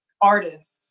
artists